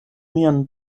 mian